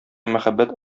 мәхәббәт